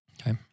Okay